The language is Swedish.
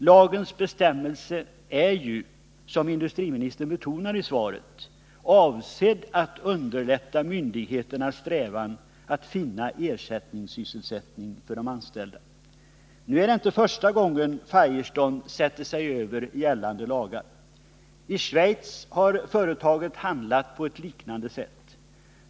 Lagens bestämmelser är ju, som industriministern betonar i svaret, avsedda att underlätta myndigheternas strävanden att finna ersättningssysselsättning för de anställda. Det är inte första gången Firestone sätter sig över gällande lagar. I Schweiz har företaget handlat på ett liknande sätt.